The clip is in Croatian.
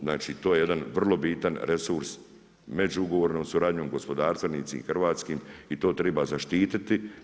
Znači to je jedan vrlo bitan resurs među ugovornom suradnjom gospodarstvenici i hrvatskim i to treba zaštititi.